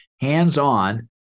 hands-on